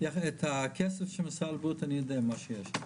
את הכסף של משרד הבריאות אני יודע מה שיש.